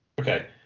Okay